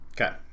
okay